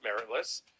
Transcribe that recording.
meritless